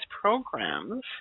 programs